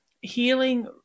healing